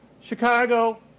Chicago